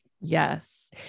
Yes